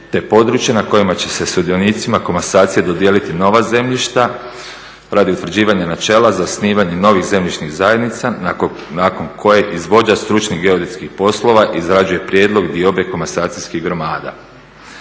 te područja na kojima će se sudionicima komasacije dodijeliti nova zemljišta radi utvrđivanja načela za osnivanje novih zemljišnih zajednica nakon koje izvođač stručnih geodetskih poslova izrađuje prijedlog diobe komasacijskih gromada.